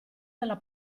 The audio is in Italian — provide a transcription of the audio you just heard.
della